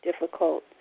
difficult